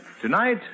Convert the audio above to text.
Tonight